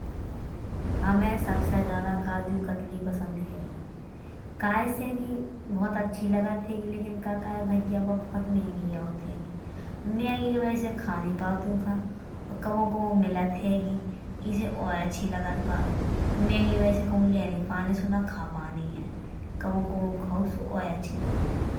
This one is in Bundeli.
हमें सबसे ज्यादा काजू कतली पसंद हैंगी। कैसे कि बहुत अच्छी लागत हैंगी। लेकिन का करें भैया बा बहुत महँगी आऊथ हैंगी। महँगी की वजह से खा नहीं पावत उका। और कबहौ कबहौ मिलत हैंगी इसे और अच्छी लागत बा। और महँगी की वजह से लइ नइ पाने और सो ना खा पाने हैं। कबहौ कबहौ खाओ तो और अच्छी लागत।